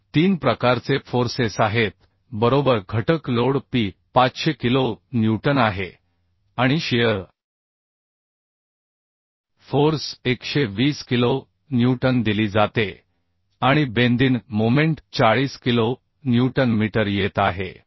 तर तीन प्रकारचे फोर्सेस आहेत बरोबर घटक लोड p 500 किलो न्यूटन आहे आणि शिअर फोर्स 120 किलो न्यूटन दिली जाते आणि bending moment 40 kilo newton metre येत आहे